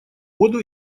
воду